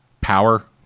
power